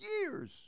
years